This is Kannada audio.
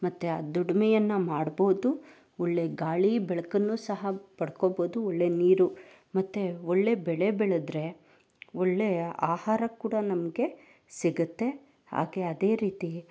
ಮತ್ತೆ ಆ ದುಡಿಮೆಯನ್ನು ಮಾಡ್ಬೋದು ಒಳ್ಳೆಯ ಗಾಳಿ ಬೆಳ್ಕನ್ನು ಸಹ ಪಡ್ಕೊಬೋದು ಒಳ್ಳೆಯ ನೀರು ಮತ್ತೆ ಒಳ್ಳೆಯ ಬೆಳೆ ಬೆಳೆದ್ರೆ ಒಳ್ಳೆಯ ಆಹಾರ ಕೂಡ ನಮಗೆ ಸಿಗುತ್ತೆ ಹಾಗೇ ಅದೇ ರೀತಿ